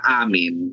amin